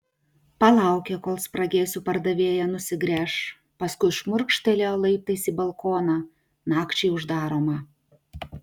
palaukė kol spragėsių pardavėja nusigręš paskui šmurkštelėjo laiptais į balkoną nakčiai uždaromą